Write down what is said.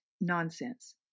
nonsense